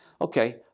okay